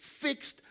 fixed